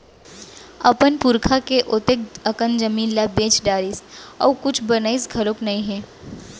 अपन पुरखा के ओतेक अकन जमीन ल बेच डारिस अउ कुछ बनइस घलोक नइ हे